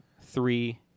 three